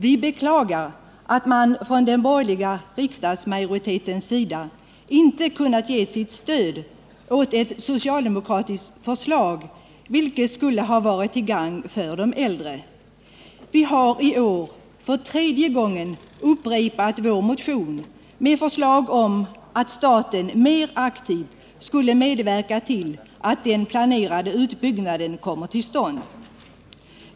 Vi beklagar att man från den borgerliga riksdagsmajoritetens sida inte kunnat ge sitt stöd åt ett socialdemokratiskt förslag, vilket skulle ha varit till gagn för de äldre. Vi har i år för tredje gången upprepat vår motion med förslag om att staten mer aktivt skulle medverka till att den planerade utbyggnaden kommer till stånd.